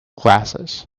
glasses